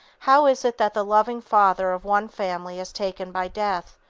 how is it that the loving father of one family is taken by death,